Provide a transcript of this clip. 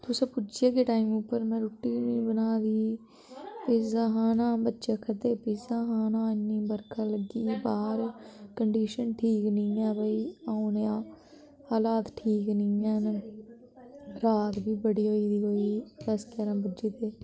तुस पुज्जी जाह्गे टाइम उप्पर में रुट्टी बी नी बना दी पिज्जा खाना बच्चे आखा दे पिज्जा खाना इ'न्नी बरखा लगी बाह्र कंडीशन ठीक नी ऐ भाई औने दे हालात ठीक नी हैन रात बी बड़ी होई गेदी कोई दस ग्यारहां बज्जी गेदे